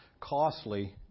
costly